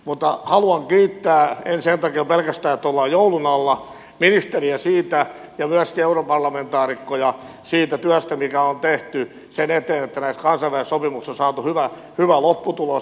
mutta haluan kiittää en sen takia pelkästään että ollaan joulun alla ministeriä ja myöskin europarlamentaarikkoja siitä työstä mikä on tehty sen eteen että näissä kansainvälisissä sopimuksissa on saatu hyvä lopputulos